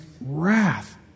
wrath